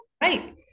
Right